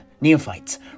neophytes